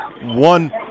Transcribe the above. one